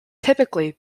typically